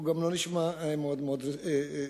הוא גם לא נשמע מאוד רציני.